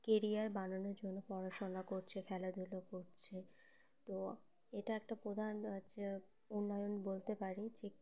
career বানানোর জন্য পড়াশোনা করছে খেলাধুলো করছে তো এটা একটা প্রধান হচ্ছে উন্নয়ন বলতে পারি যে